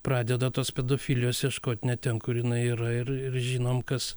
pradeda tos pedofilijos ieškot ne ten kur jinai yra ir ir žinom kas